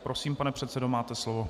Prosím, pane předsedo, máte slovo.